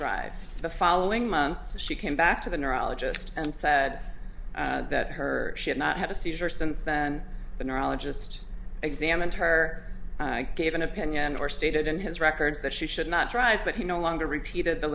drive the following month she came back to the neurologist and said that her she had not had a seizure since then the neurologist examined her gave an opinion or stated in his records that she should not drive but he no longer repeated the